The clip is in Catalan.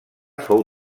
fou